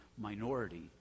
minority